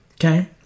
okay